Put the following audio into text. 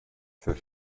für